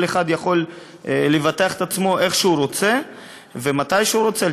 כל אחד יכול לבטח את עצמו איך שהוא רוצה ומתי שהוא רוצה,